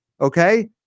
okay